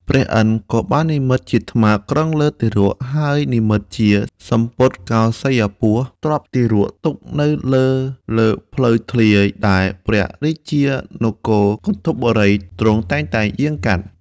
ព្រះឥន្ទ្រក៏បាននិម្មិតជាត្មាតក្រុងលើទារក ហើយនិម្មិតជាសំពត់កោសេយ្យពស្ត្រទ្រាប់ទារកទុកនៅលើលើផ្លូវធ្លា ដែលព្រះរាជានគរគន្ធពបូរី ទ្រង់តែងតែយាងកាត់។